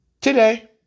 today